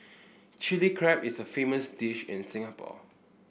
Chilli Crab is a famous dish in Singapore